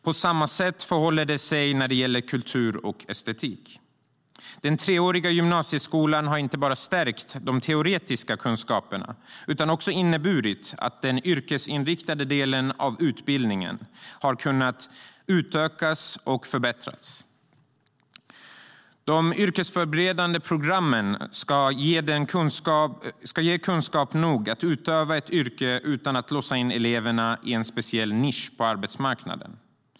På samma sätt förhåller det sig när det gäller kultur och estetik.De yrkesförberedande programmen ska ge kunskap nog att utöva ett yrke utan att låsa in eleverna i en speciell nisch på arbetsmarknaden.